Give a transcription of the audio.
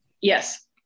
yes